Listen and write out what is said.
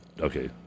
Okay